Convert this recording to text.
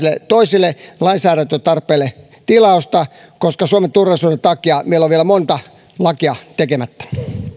ole myös toisille lainsäädäntötarpeille tilausta koska suomen turvallisuuden takia meillä on vielä monta lakia tekemättä